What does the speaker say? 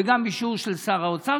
וגם אישור של שר האוצר.